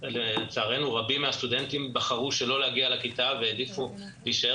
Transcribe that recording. לצערנו רבים מהסטודנטים בחרו שלא להגיע לכיתה והעדיפו להישאר